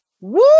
woo